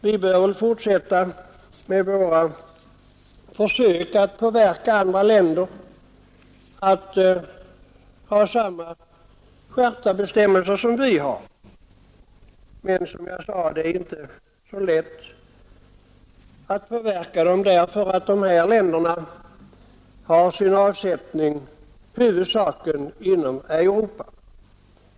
Vi bör fortsätta med våra försök att påverka andra länder att skärpa bestämmelserna på samma sätt som vi gör, men som jag sade är det inte lätt att påverka dem, eftersom de länderna har sin export huvudsakligen inom Europa.